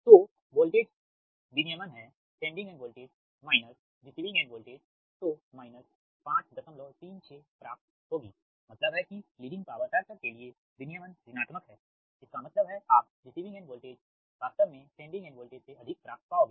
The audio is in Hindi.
तो वोल्टेज नियमन है sending end voltage minus receiving end voltage तो माइनस 536 प्राप्त होगी मतलब है कि लीडिंग पावर फैक्टर के लिए विनियमन ऋणात्मक है इसका मतलब है आप रिसीविंग एंड वोल्टेज वास्तव में सेंडिंग एंड वोल्टेज से अधिक प्राप्त पाओगे